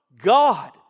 God